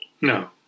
No